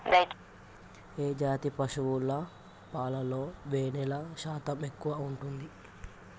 ఏ జాతి పశువుల పాలలో వెన్నె శాతం ఎక్కువ ఉంటది?